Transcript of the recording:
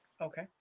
Okay